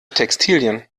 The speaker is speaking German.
textilien